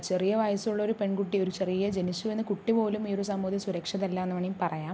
ചെറിയ വയസ്സുള്ള ഒരു പെൺകുട്ടി ഒരു ചെറിയ ജനിച്ച വീണ കുട്ടി പോലും ഈ ഒരു സമൂഹത്തിൽ സുരക്ഷിതരല്ലായെന്ന് വേണമെങ്കിൽ പറയാം